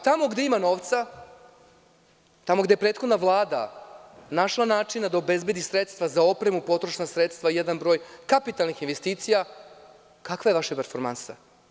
Tamo gde ima novca, tamo gde je prethodna Vlada našla načina da obezbedi sredstva za opremu, potrošna sredstva, jedan broj kapitalnih investicija, kakva je vaša performansa?